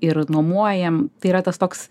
ir nuomojam tai yra tas toks